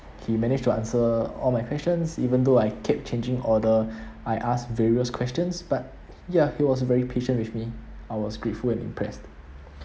he managed to answer all my questions even though I kept changing order I ask various questions but ya he was very patient with me I was grateful and impressed